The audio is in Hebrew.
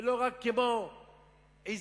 ולא רק כמו עזים,